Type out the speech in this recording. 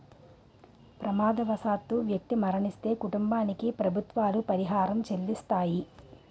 ప్రమాదవశాత్తు వ్యక్తి మరణిస్తే కుటుంబానికి ప్రభుత్వాలు పరిహారం చెల్లిస్తాయి